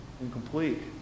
incomplete